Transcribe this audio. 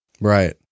Right